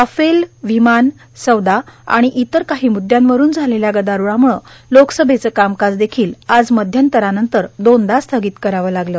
Rafale विमान सौदा आणि इतर काही मूद्यांवरून झालेल्या गदारोळाम्ळं लोकसभेचं कामकाज देखील आज मध्यंतरानंतर दोनदा स्थगित करावं लागलं